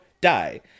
Die